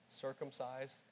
circumcised